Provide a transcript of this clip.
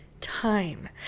time